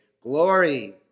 glory